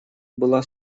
была